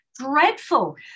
dreadful